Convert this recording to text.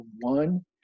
one